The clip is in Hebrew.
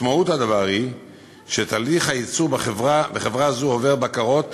משמעות הדבר היא שתהליך הייצור בחברה זאת עובר בקרות